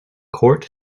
court